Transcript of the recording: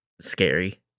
Scary